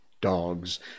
dogs